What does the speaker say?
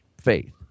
faith